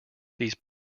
these